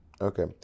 Okay